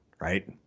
right